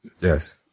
yes